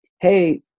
hey